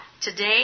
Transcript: today